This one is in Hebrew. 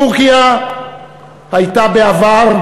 טורקיה הייתה בעבר,